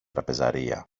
τραπεζαρία